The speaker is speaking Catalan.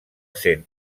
sent